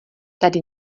tady